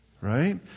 Right